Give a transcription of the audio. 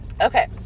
Okay